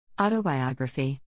Autobiography